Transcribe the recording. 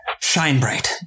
Shinebright